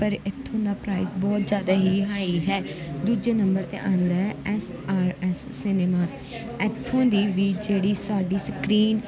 ਪਰ ਇੱਥੋਂ ਦਾ ਪ੍ਰਾਈਜ ਬਹੁਤ ਜ਼ਿਆਦਾ ਹੀ ਹਾਈ ਹੈ ਦੂਜੇ ਨੰਬਰ 'ਤੇ ਆਉਂਦਾ ਐਸ ਆਰ ਐਸ ਸਿਨਮਾਸ ਇੱਥੋਂ ਦੀ ਵੀ ਜਿਹੜੀ ਸਾਡੀ ਸਕਰੀਨ